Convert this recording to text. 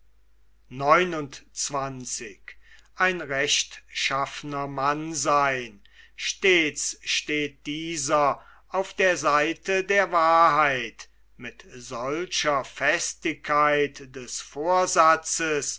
stets steht dieser auf der seite der wahrheit mit solcher festigkeit des